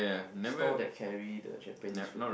store that carry the Japanese foods